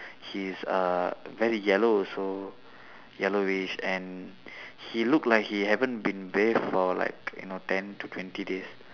his uh very yellow also yellowish and he looked like he haven't been bathe for like you know ten to twenty days